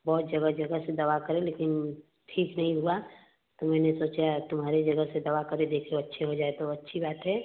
बहुत जगह जगह से दवा करे लेकिन ठीक नहीं हुआ तो मैंने सोचा तुम्हारी जगह से दवा करें देखें अच्छे हो जाए तो अच्छी बात है